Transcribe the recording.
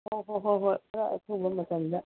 ꯑꯣ ꯍꯣꯏ ꯍꯣꯏ ꯍꯣꯏ ꯈꯔ ꯑꯊꯨꯕ ꯃꯇꯝꯗ